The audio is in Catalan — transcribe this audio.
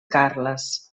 carles